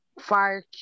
Fire